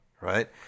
right